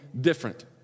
different